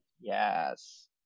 Yes